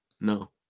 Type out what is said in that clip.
no